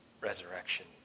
resurrection